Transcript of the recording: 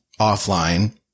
offline